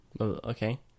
Okay